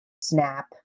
snap